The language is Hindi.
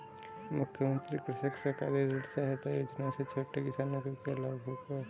मुख्यमंत्री कृषक सहकारी ऋण सहायता योजना से छोटे किसानों को क्या लाभ होगा?